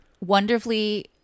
wonderfully